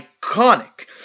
iconic